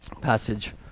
passage